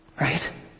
Right